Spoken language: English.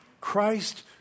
Christ